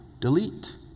Delete